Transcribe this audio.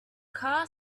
car